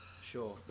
Sure